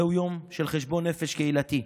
זהו יום של חשבון נפש קהילתי,